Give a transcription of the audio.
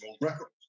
record